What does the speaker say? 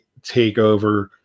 TakeOver